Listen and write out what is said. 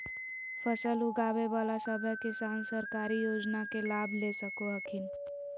फसल उगाबे बला सभै किसान सरकारी योजना के लाभ ले सको हखिन